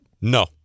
No